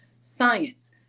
science